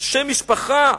שם משפחה,